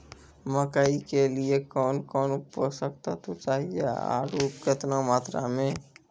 मकई के लिए कौन कौन पोसक तत्व चाहिए आरु केतना मात्रा मे?